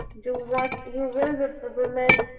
do what you will with the woman,